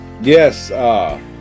Yes